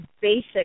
basic